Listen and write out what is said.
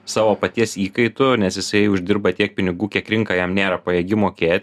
savo paties įkaitu nes jisai uždirba tiek pinigų kiek rinka jam nėra pajėgi mokėt